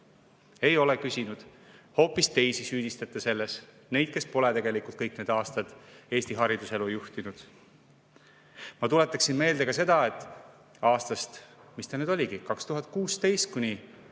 Ei ole küsinud, hoopis teisi süüdistate selles, neid, kes pole tegelikult kõik need aastad Eesti hariduselu juhtinud. Ma tuletaksin meelde ka seda, et aastatel, mis see nüüd oligi, 2016–2021